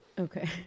Okay